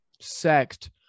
sect